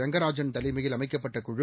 ரங்கராஜன் தலைமையில் அமைக்கப்பட்ட குழு